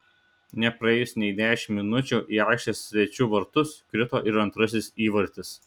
nepraėjus nei dešimt minučių į aikštės svečių vartus krito ir antrasis įvartis